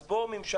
אז בואו הממשלה,